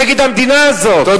נגד המדינה הזאת.